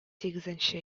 сигезенче